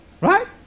Right